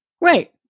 Right